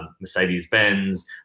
mercedes-benz